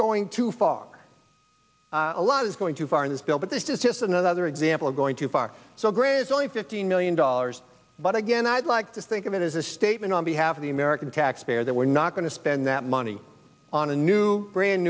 going too far a lot is going too far in this bill but this is just another example of going too far so grizz only fifteen million dollars but again i'd like to think of it as a statement on behalf of the american taxpayer that we're not going to spend that money on a new brand